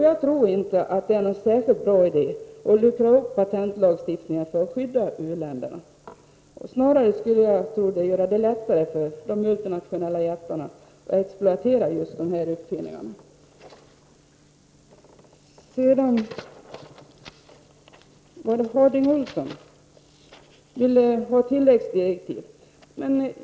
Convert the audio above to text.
Jag tror inte att det är någon särskild bra idé att luckra upp patentlagstiftningen för att skydda u-länderna. Snarare tror jag att det skulle göra det lättare för de multinationella jättarna att exploatera uppfinningar på detta område. Bengt Harding Olson ville att tilläggsdirektiv skall utfärdas.